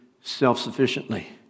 self-sufficiently